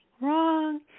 wrong